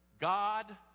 God